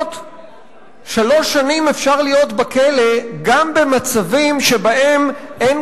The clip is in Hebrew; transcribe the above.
שלוש שנים אפשר להיות בכלא גם במצבים שבהם אין